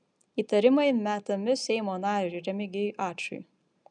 įtarimai metami seimo nariui remigijui ačui